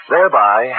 Thereby